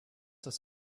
das